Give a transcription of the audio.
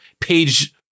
page